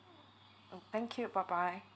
mm thank you bye bye